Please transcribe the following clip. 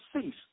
cease